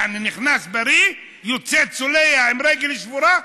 יעני, נכנס בריא, יוצא צולע עם רגל שבורה,